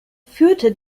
führte